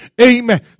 Amen